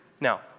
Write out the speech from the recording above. Now